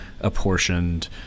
apportioned